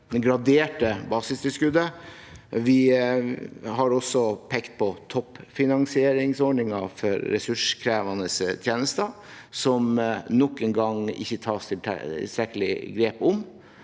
graderte basistilskuddet. Vi har også pekt på toppfinansieringsordningen for ressurskrevende tjenester, som det nok en gang ikke tas tilstrekkelig grep om.